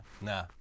nah